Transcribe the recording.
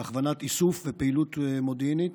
להכוונת איסוף ופעילות מודיעינית,